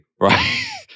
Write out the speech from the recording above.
right